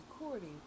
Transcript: recording